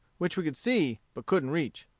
which we could see, but couldn't reach.